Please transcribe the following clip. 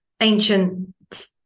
ancient